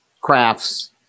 crafts